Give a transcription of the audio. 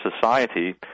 Society